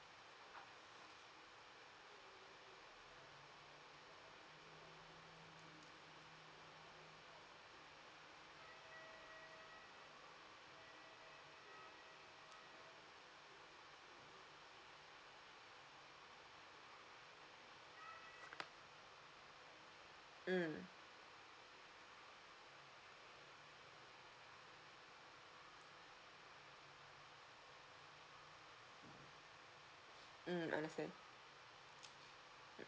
mm mm understand